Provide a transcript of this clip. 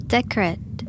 Decorate